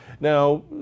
Now